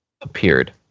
appeared